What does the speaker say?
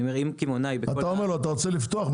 אני אומר שאם קמעונאי בכל הארץ --- אתה אומר לו: אתה רוצה לפתוח,